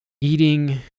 eating